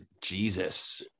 Jesus